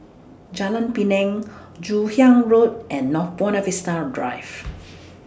Jalan Pinang Joon Hiang Road and North Buona Vista Drive